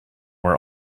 were